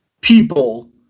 people